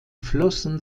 flossen